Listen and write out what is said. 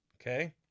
Okay